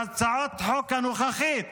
והצעת החוק הנוכחית